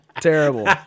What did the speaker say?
Terrible